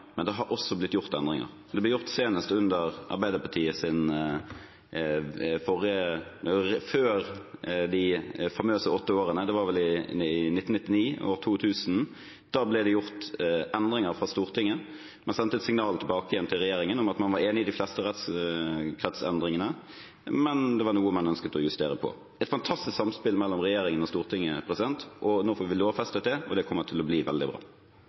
men det har også blitt gjort endringer. Det ble gjort senest før de famøse åtte årene med Arbeiderpartiet – det var vel i 1999–2000. Da ble det gjort endringer fra Stortingets side. Man sendte signal tilbake til regjeringen om at man var enig i de fleste rettskretsendringene, men det var noe man ønsket å justere på – et fantastisk samspill mellom regjeringen og Stortinget. Nå får vi lovfestet det, og det kommer til å bli veldig bra.